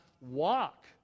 walk